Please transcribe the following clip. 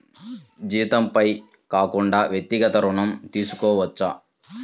జీతంపై కాకుండా వ్యక్తిగత ఋణం తీసుకోవచ్చా?